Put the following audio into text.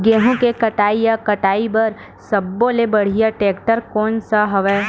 गेहूं के कटाई या कटाई बर सब्बो ले बढ़िया टेक्टर कोन सा हवय?